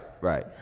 right